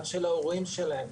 גם של ההורים שלהם,